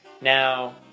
now